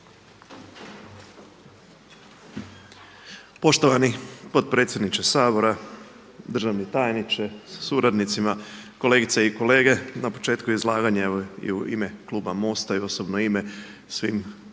Poštovani potpredsjedniče Sabora, državni tajniče sa suradnicima, kolegice i kolege. Na početku izlaganje evo i u ime kluba MOST-a i u osobno ime svim kolegicama